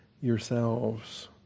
yourselves